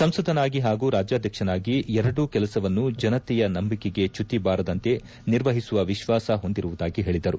ಸಂಸದನಾಗಿ ಹಾಗೂ ರಾಜ್ಯಾಧ್ವಕ್ಷನಾಗಿ ಎರಡೂ ಕೆಲಸವನ್ನು ಜನತೆಯ ನಂಬಿಕೆಗೆ ಚ್ಯುತಿ ಬಾರದಂತೆ ನಿರ್ವಹಿಸುವ ವಿಶ್ವಾಸ ಹೊಂದಿರುವುದಾಗಿ ಹೇಳಿದರು